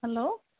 hello